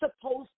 supposed